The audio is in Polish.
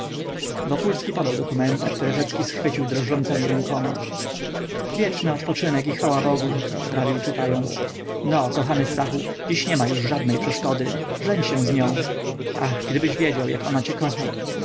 wszystkich wokulski podał dokumenta które rzecki schwycił drżącemi rękoma wieczny odpoczynek i chwała bogu prawił czytając no kochany stachu dziś niema już żadnej przeszkody żeń się z nią ach gdybyś wiedział jak ona cię kocha